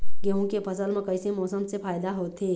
गेहूं के फसल म कइसे मौसम से फायदा होथे?